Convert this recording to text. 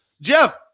Jeff